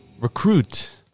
recruit